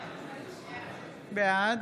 בעד